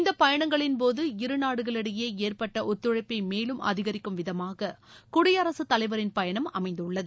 இந்த பயணங்களின்போது இருநாடுகளிடையே ஏற்பட்ட ஒத்துழைப்பை மேலும் அதிகரிக்கும் விதமாக குடியரசுத்தலைவரின் பயணம் அமைந்துள்ளது